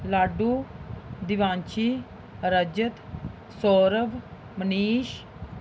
laddu Divanshi Rajat Saurabh Manish